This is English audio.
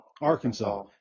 Arkansas